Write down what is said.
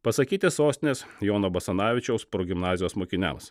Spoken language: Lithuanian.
pasakyti sostinės jono basanavičiaus progimnazijos mokiniams